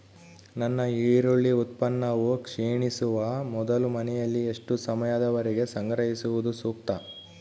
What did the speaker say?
ನನ್ನ ಈರುಳ್ಳಿ ಉತ್ಪನ್ನವು ಕ್ಷೇಣಿಸುವ ಮೊದಲು ಮನೆಯಲ್ಲಿ ಎಷ್ಟು ಸಮಯದವರೆಗೆ ಸಂಗ್ರಹಿಸುವುದು ಸೂಕ್ತ?